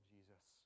Jesus